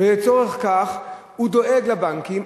לצורך כך הוא דואג לבנקים,